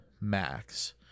Max